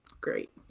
great